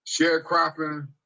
sharecropping